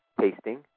tasting